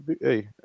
hey